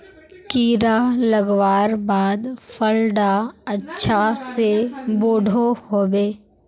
कीड़ा लगवार बाद फल डा अच्छा से बोठो होबे?